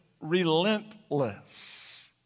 relentless